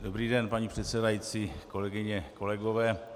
Dobrý den, paní předsedající, kolegyně, kolegové.